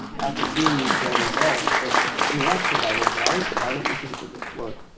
after seeing these failed results that we asked providers why why don't you think that this worked?